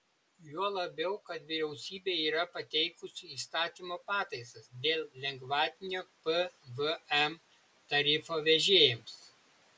juo labiau kad vyriausybė yra pateikusi įstatymo pataisas dėl lengvatinio pvm tarifo vežėjams